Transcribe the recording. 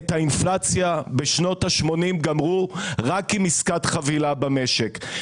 את האינפלציה בשנות השמונים גמרו רק עם עסקת חבילה במשק.